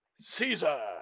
Caesar